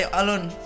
alone